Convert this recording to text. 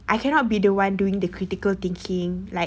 I cannot be the one doing the critical thinking like